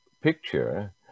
picture